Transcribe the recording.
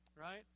right